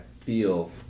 feel